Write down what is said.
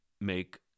make